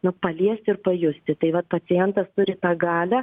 na paliesti ir pajusti tai vat pacientas turi tą galią